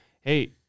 Hey